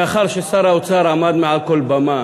מאחר ששר האוצר עמד מעל כל במה